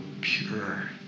pure